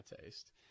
taste